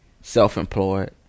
Self-employed